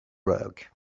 rug